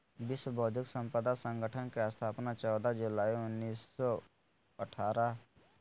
विश्व बौद्धिक संपदा संगठन के स्थापना चौदह जुलाई उननिस सो सरसठ में होलय हइ